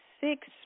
six